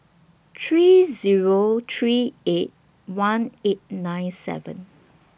three Zero three eight one eight nine seven